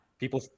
people